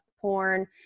porn